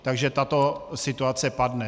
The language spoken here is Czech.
Takže tato situace padne.